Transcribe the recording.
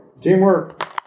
Teamwork